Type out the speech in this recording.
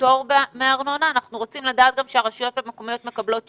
הפטור מארנונה ואנחנו גם רוצים לדעת שהרשויות המקומיות מקבלות שיפוי.